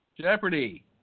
Jeopardy